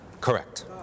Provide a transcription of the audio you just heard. Correct